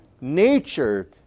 nature